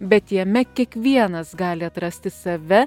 bet jame kiekvienas gali atrasti save